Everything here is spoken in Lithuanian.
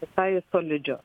visai solidžios